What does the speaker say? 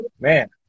Man